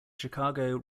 chicago